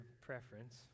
preference